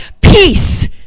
peace